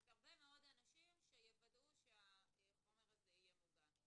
יש הרבה מאוד אנשים שיוודאו שהחומר זה יהיה מוגן.